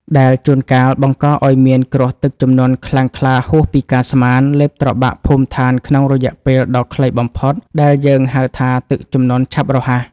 ដែលជួនកាលបង្កឱ្យមានគ្រោះទឹកជំនន់ខ្លាំងក្លាហួសពីការស្មាន លេបត្របាក់ភូមិឋានក្នុងរយៈពេលដ៏ខ្លីបំផុត ដែលយើងហៅថាទឹកជំនន់ឆាប់រហ័ស។